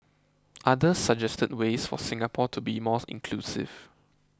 others suggested ways for Singapore to be more inclusive